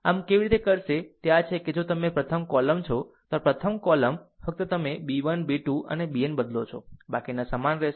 આમ કેવી રીતે કરશે તે આ છે કે જો તમે પ્રથમ કોલમ છો તો આ પ્રથમ કોલમ ફક્ત તમે b 1 b 2 અને bn બદલો છો બાકીના સમાન રહેશે